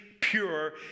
pure